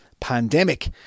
pandemic